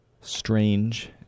Strange